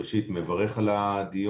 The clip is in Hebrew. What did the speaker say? ראשית, אני מברך על הדיון.